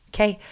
Okay